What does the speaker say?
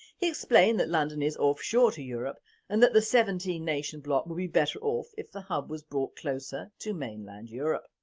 he explained that london is off shore to europe and that the seventeen nation bloc would be better off if the hub was brought closer to mainland europe.